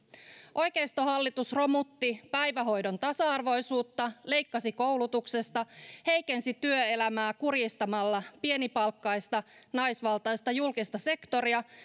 oikeistohallitus romutti päivähoidon tasa arvoisuutta leikkasi koulutuksesta heikensi työelämää kurjistamalla pienipalkkaista naisvaltaista julkista sektoria